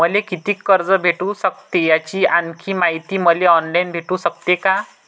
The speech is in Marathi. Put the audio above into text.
मले कितीक कर्ज भेटू सकते, याची आणखीन मायती मले ऑनलाईन भेटू सकते का?